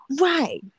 Right